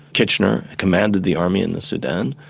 kitchener commanded the army in the sudan.